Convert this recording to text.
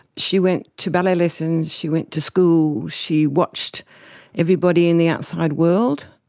she went to ballet lessons, she went to school, she watched everybody in the outside world,